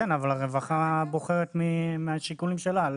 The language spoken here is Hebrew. כן, אבל הרווחה בוחרת מהשיקולים שלה.